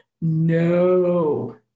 No